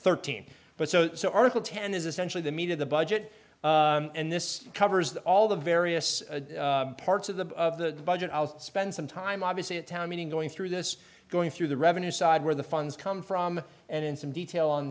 thirteen but so so article ten is essentially the meat of the budget and this covers all the various parts of the budget i'll spend some time obviously a town meeting going through this going through the revenue side where the funds come from and in some detail on